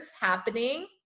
happening